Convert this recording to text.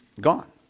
gone